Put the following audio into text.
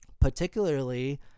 particularly